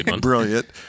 brilliant